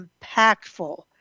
impactful